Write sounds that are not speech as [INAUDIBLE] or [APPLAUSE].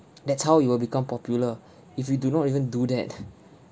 [NOISE] that's how it will become popular [BREATH] if we do not even do that [LAUGHS]